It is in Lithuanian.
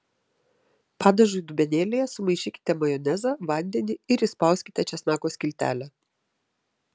padažui dubenėlyje sumaišykite majonezą vandenį ir įspauskite česnako skiltelę